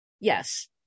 Yes